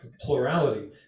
plurality